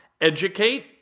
educate